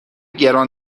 گران